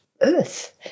earth